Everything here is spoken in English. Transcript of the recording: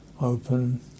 open